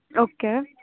okay